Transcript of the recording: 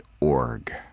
org